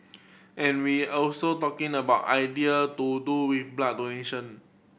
and we also talking about idea to do with blood donation